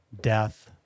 death